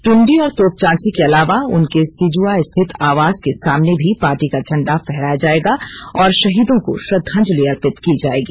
ट्रंडी और तोपचांची के अलावा उनके सिजुआ स्थित आवास के सामने भी पार्टी का झंडा फहराया जाएगा और शहीदों को श्रद्धांजिल अर्पित की जाएगी